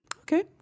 Okay